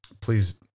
Please